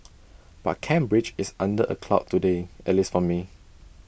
but Cambridge is under A cloud today at least for me